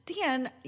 Dan